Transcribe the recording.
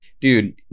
Dude